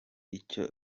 icyo